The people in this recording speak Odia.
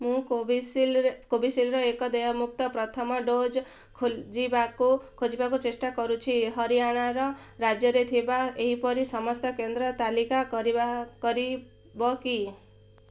ମୁଁ କୋଭିଶିଲ୍ଡ କୋଭିଶିଲ୍ଡର ଏକ ଦେୟଯୁକ୍ତ ପ୍ରଥମ ଡୋଜ୍ ଖୋଜିବାକୁ ଖୋଜିବାକୁ ଚେଷ୍ଟା କରୁଛି ହରିୟାଣା ରାଜ୍ୟରେ ଥିବା ଏହିପରି ସମସ୍ତ କେନ୍ଦ୍ରର ତାଲିକା କରିବ କି